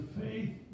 faith